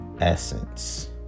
essence